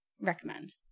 Recommend